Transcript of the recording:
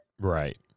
Right